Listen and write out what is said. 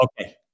Okay